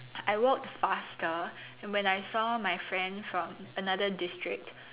I walked faster and when I saw my friend from another district